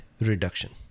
reduction